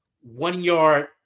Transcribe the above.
one-yard